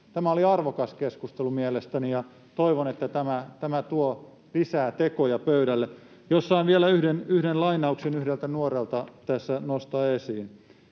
Tämä oli arvokas keskustelu mielestäni, ja toivon, että tämä tuo lisää tekoja pöydälle. Jos saan vielä yhden lainauksen yhdeltä nuorelta tässä nostaa esiin: